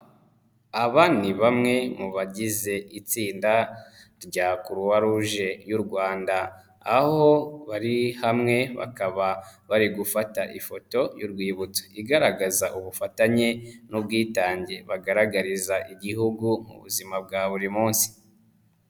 Aba ni bamwe mu bagize itsinda rya Croix Rouge y'u Rwanda, aho bari hamwe bakaba bari gufata ifoto y'urwibutso igaragaza ubufatanye n'ubwitange bagaragariza Igihugu mu buzima bwa buri munsi.